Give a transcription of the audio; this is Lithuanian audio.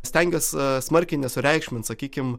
stengiuos smarkiai nesureikšmint sakykim